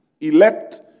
elect